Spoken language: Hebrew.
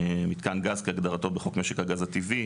מתקן גז כהגדרתו בחוק משק הגז הטבעי.